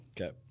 Okay